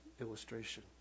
illustration